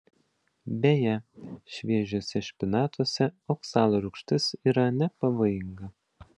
beje šviežiuose špinatuose oksalo rūgštis yra nepavojinga